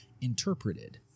interpreted